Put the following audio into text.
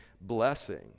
blessing